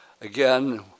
Again